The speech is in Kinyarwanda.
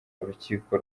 urukiko